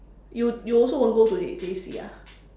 you you also won't go to J~ J_C ah